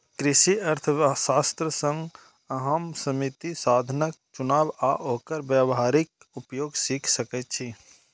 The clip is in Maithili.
कृषि अर्थशास्त्र सं अहां सीमित साधनक चुनाव आ ओकर व्यावहारिक उपयोग सीख सकै छी